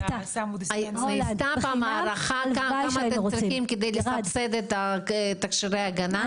--- כמה אתם צריכים כדי לסבסד את תכשירי ההגנה?